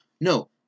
No